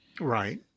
Right